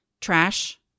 Trash